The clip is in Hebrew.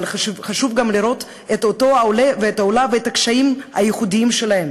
אבל חשוב גם לראות את אותם עולֶה ועולָה ואת הקשיים הייחודיים שלהם: